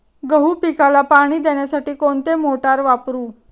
गहू पिकाला पाणी देण्यासाठी कोणती मोटार वापरू?